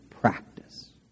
practice